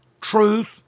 truth